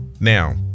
Now